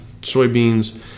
soybeans